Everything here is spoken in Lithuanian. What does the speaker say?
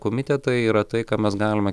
komitetai yra tai ką mes galime